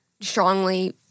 strongly